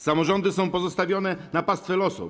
Samorządy są pozostawione na pastwę losu.